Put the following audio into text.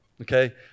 okay